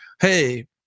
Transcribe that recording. hey